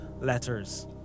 letters